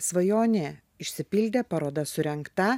svajonė išsipildė paroda surengta